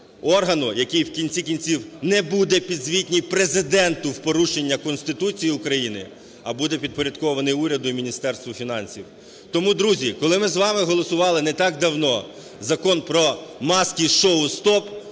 органу, який в кінці кінців не буде підзвітний Президенту в порушення Конституції України, а буде підпорядкований уряду і Міністерству фінансів. Тому, друзі, коли ми з вами голосували не так давно Закон про "маски-шоу стоп",